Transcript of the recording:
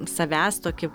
savęs tokį